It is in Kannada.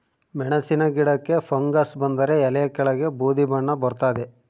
ಮೆಣಸಿನ ಗಿಡಕ್ಕೆ ಫಂಗಸ್ ಬಂದರೆ ಎಲೆಯ ಕೆಳಗೆ ಬೂದಿ ಬಣ್ಣ ಬರ್ತಾದೆ